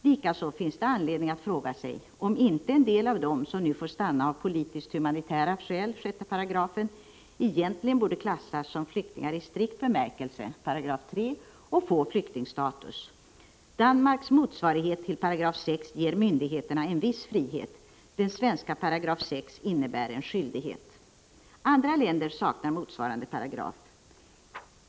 Likaså finns det anledning att fråga sig om inte en del av dem som nu får stanna av politiskt-humanitära skäl, 6 §, egentligen borde klassas som flyktingar i strikt bemärkelse enligt 3 § och få flyktingstatus. Danmarks motsvarighet till 6 § ger myndigheterna en viss frihet — den svenska 6 § innebär en skyldighet. Andra länder saknar motsvarande paragraf.